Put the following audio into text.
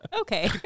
Okay